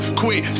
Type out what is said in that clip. quit